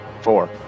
four